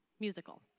musical